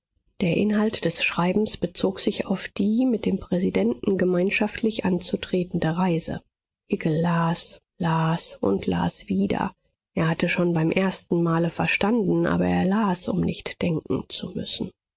der inhalt des schreibens bezog sich auf die mit dem präsidenten gemeinschaftlich anzutretende reise hickel las las und las wieder er hatte schon beim ersten male verstanden aber er las um nicht denken zu müssen